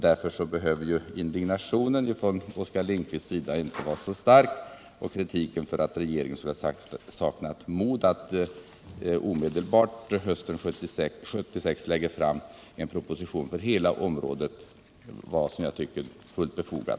Därför behöver ju Oskar Lindkvist inte känna så stark indignation, och hans kritik mot regeringen för att den saknade mod att omedelbart hösten 1976 lägga fram en proposition för hela området var, som jag tycker, helt obefogad.